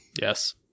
Yes